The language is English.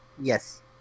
Yes